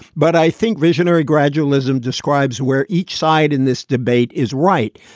but i think visionary gradualism describes where each side in this debate is right,